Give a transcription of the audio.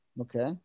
okay